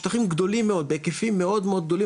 שטחים גדולים מאוד בהיקפים מאוד מאוד גדולים,